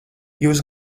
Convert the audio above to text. jūs